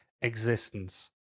existence